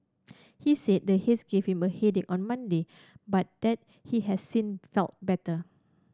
he said the haze gave him a headache on Monday but that he has since felt better